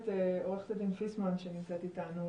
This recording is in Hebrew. את עורכת הדין פיסמן שנמצאת איתנו,